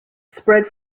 spread